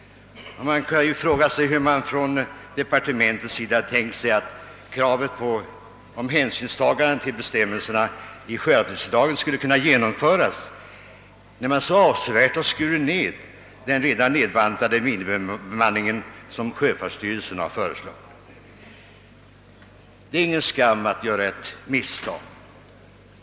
Man kan fråga sig hur departementet tänkt sig att kravet på hänsynstagande till bestämmelserna i sjöarbetstidslagen skulle kunna tillgodoses när det så avsevärt skurit ned den bemanning som sjöfartsstyrelsen föreslagit. Det är ingen skam att göra ett misstag.